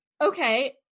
Okay